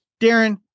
darren